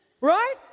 Right